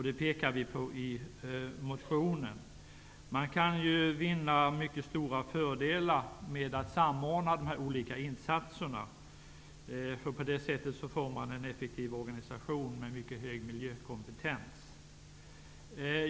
Det pekar vi på i motionen. Man kan ju vinna mycket stora fördelar med att samordna dessa olika insatser. På det sättet får man en effektiv organisation med mycket hög miljökompetens.